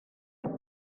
baúl